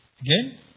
Again